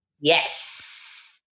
Yes